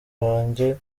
wanjye